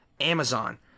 Amazon